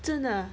真的啊